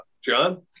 John